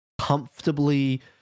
comfortably